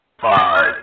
Five